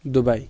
Dubai